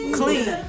clean